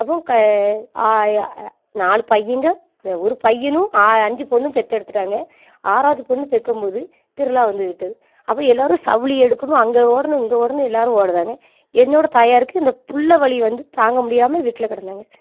அப்போ க நாலு பையங்க ஒரு பையனும் அஞ்சு பொண்ணும் பெற்றெடுத்துட்டாங்க ஆறாவது பொண்ணு பெற்கும் போது திருவிழா வந்துவிட்டது அப்போ எல்லோரும் சவுளி எடுக்கணும் அங்கே ஓடணும் இங்கே ஓடணும் எல்லோரும் ஓடுகிறாங்க என்னோடய தாயாருக்கு இந்த பிள்ள வலி வந்து தாங்க முடியாமல் வீட்டில் கிடந்தாங்க